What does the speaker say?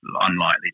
unlikely